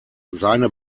seine